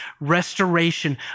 restoration